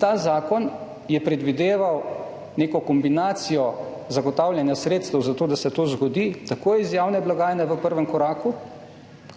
Ta zakon je predvideval neko kombinacijo zagotavljanja sredstev, zato da se to zgodi, tako iz javne blagajne v prvem koraku